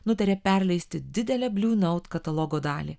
nutarė perleisti didelę bliu naut katalogo dalį